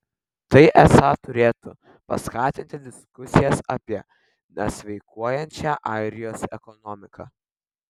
tai esą turėtų paskatinti diskusijas apie nesveikuojančią airijos ekonomiką